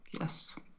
Yes